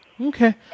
Okay